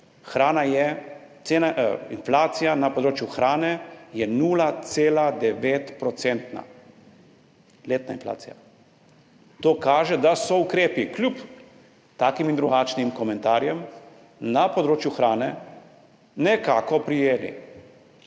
narašča več, inflacija na področju hrane je 0,9-procentna, letna inflacija. To kaže, da so se ukrepi, kljub takim in drugačnim komentarjem, na področju hrane nekako prijeli.